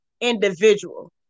individual